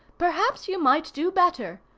perhaps you might do better.